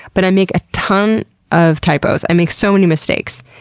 but i make a ton of typos. i make so many mistakes,